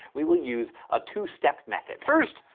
we will use a two-step method. first,